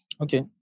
okay